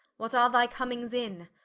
what are thy commings in?